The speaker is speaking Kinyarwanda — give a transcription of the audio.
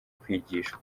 kwigishwa